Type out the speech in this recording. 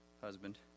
husband